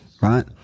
right